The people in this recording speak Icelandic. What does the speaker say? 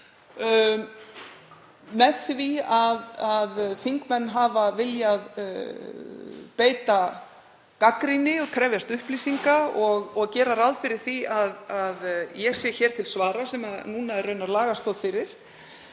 með því að þingmenn hafa viljað beita gagnrýni, krefjast upplýsinga og gera ráð fyrir því að ég sé til svara, sem núna er raunar lagastoð fyrir.